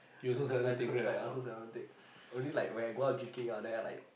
I don't I don't I also seldom take only like when I go out drinking then I like